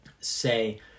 say